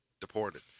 Deported